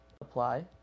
apply